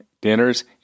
dinners